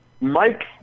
Mike